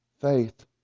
faith